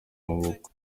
amaboko